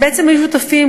הם היו שותפים,